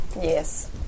Yes